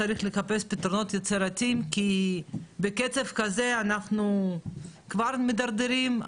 צריך לחפש פתרונות יצירתיים כי בקצב כזה אנחנו כבר מידרדרים.